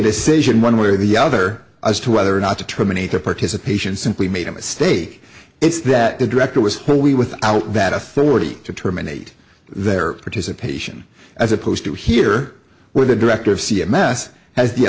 decision one way or the other as to whether or not to terminate their participation simply made a mistake it's that the director was wholly without that authority to terminate their participation as opposed to here where the director of c m s has the